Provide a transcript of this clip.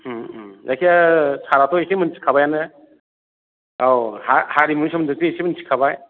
उम उम जायखिजाया सारआथ' एसे मिन्थिखाबायानो औ हारिमुनि सोमोन्दैथ' एसे मिन्थिखाबाय